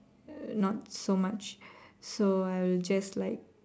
uh not so much so I will just like